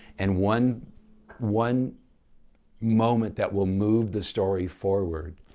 and one one moment that will move the story forward.